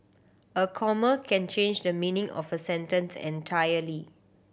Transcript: a comma can change the meaning of a sentence entirely